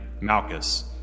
Malchus